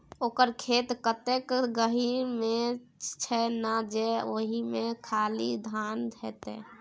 ओकर खेत एतेक गहीर मे छै ना जे ओहिमे खाली धाने हेतै